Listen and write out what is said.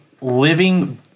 living